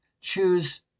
choose